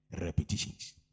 repetitions